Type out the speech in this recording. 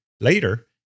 Later